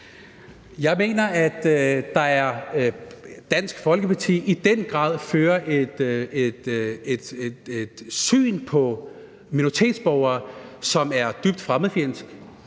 Jeg mener, at Dansk Folkeparti i den grad har et syn på minoritetsborgere, som er dybt fremmedfjendsk.